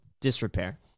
disrepair